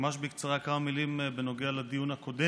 ממש בקצרה כמה מילים בנוגע לדיון הקודם.